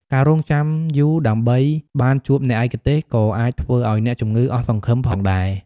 ការរង់ចាំយូរដើម្បីបានជួបអ្នកឯកទេសក៏អាចធ្វើឱ្យអ្នកជំងឺអស់សង្ឃឹមផងដែរ។